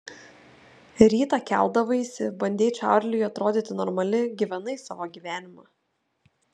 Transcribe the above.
rytą keldavaisi bandei čarliui atrodyti normali gyvenai savo gyvenimą